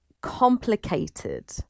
complicated